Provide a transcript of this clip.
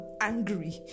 angry